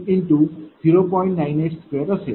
982असेल